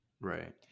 Right